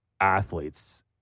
athletes